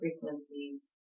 frequencies